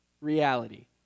reality